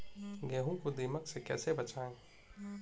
गेहूँ को दीमक से कैसे बचाएँ?